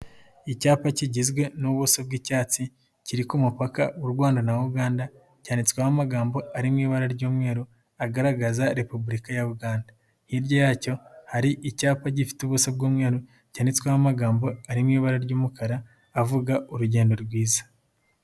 Icyapa kigizwe n'ubuso bw'icyatsi kiri ku mupaka w'u Rwanda na Uganda cyanditsweho amagambo ari mu ibara ry'umweru agaragaza Repubulika ya Uganda, hirya yacyo hari icyapa gifite ubuso bw'umweru cyanditsweho amagambo ari mu ibara ry'umukara avuga urugendo rwiza.